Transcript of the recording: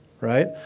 right